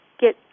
get